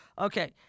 okay